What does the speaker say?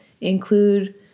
include